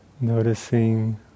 Noticing